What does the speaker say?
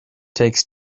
takes